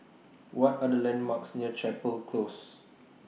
What Are The landmarks near Chapel Close